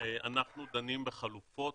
אנחנו דנים בחלופות,